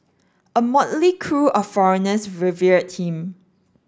a motley crew of foreigners revered him